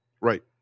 Right